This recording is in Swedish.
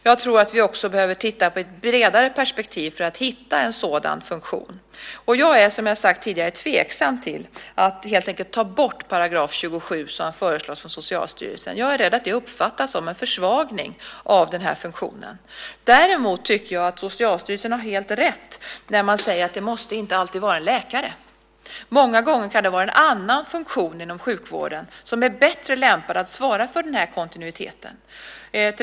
Jag tror att vi behöver titta på ett bredare perspektiv för att hitta en sådan funktion. Jag är, som jag har sagt tidigare, tveksam till att helt enkelt ta bort 27 §, som föreslås från Socialstyrelsen. Jag är rädd att det uppfattas som en försvagning av den här funktionen. Däremot tycker jag att Socialstyrelsen har helt rätt när man säger att det inte alltid måste vara en läkare. Många gånger kan det vara en annan funktion inom sjukvården som är bättre lämpad att svara för den här kontinuiteten.